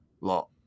lot